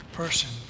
person